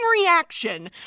reaction